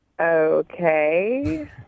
Okay